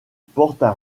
portent